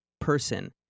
person